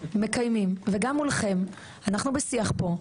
מקיימים וגם מולכם אנחנו בשיח פה,